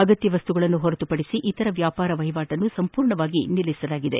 ಅಗತ್ಯ ವಸ್ತುಗಳನ್ನು ಹೊರತುಪಡಿಸಿ ಇತರ ವ್ಲಾಪಾರ ವಹಿವಾಟನ್ನು ಸಂಪೂರ್ಣವಾಗಿ ನಿಲ್ಲಿಸಲಾಗಿದೆ